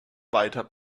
weiter